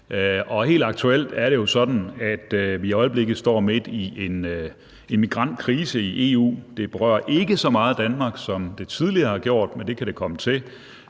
Og helt aktuelt er det jo sådan, at vi i øjeblikket står midt i en migrantkrise i EU. Det berører ikke Danmark så meget, som det tidligere har gjort, men det kan det komme til.